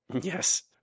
Yes